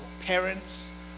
parents